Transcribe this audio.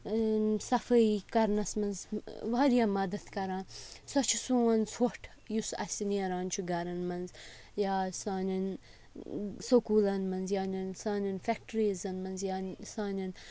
صفٲیی کَرنَس منٛز واریاہ مَدَت کَران سۄ چھِ سون ژھۄٹھ یُس اَسہِ نیران چھُ گَرَن منٛز یا سانٮ۪ن سکوٗلَن منٛز یعنٮ۪ن سانٮ۪ن فیٚکٹِرٛیٖزَن منٛز یا سانٮ۪ن